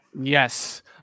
Yes